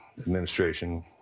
administration